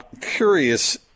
curious